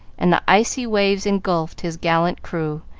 and the icy waves engulfed his gallant crew,